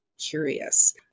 curious